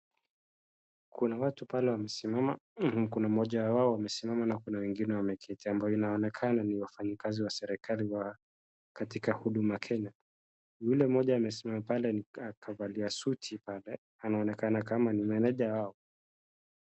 Kuna watu pale wamesimama. Kuna mmoja wao amesimama na kuna wengine wameketi ambayo inaonekana ni wafanyikazi wa serikali katika Huduma Kenya. Yule mmoja amesimama pale akavalia suti pale anaonekana kama ni meneja wao.